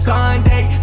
Sunday